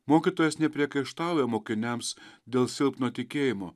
mokytojas nepriekaištauja mokiniams dėl silpno tikėjimo